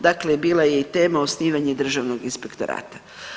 Dakle, bila je i tema osnivanje Državnog inspektorata.